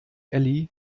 elli